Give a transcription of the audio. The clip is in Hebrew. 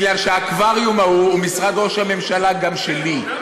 כי האקווריום ההוא הוא משרד ראש הממשלה גם שלי,